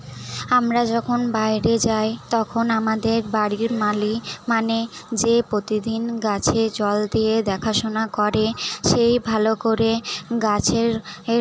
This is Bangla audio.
আমরা যখন বাইরে যাই তখন আমাদের বাড়ির মালি মানে যে প্রতিদিন গাছে জল দিয়ে দেখাশোনা করে সেই ভালো করে গাছের এর